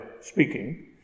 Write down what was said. speaking